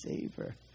savor